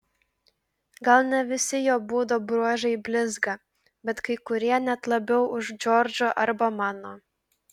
gal ne visi jo būdo bruožai blizga bet kai kurie net labiau už džordžo arba mano